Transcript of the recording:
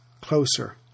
closer